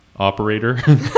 Operator